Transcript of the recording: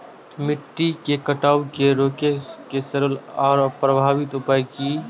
मिट्टी के कटाव के रोके के सरल आर प्रभावी उपाय की?